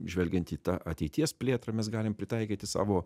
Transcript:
žvelgiant į tą ateities plėtrą mes galim pritaikyti savo